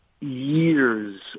Years